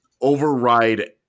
override